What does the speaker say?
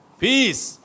peace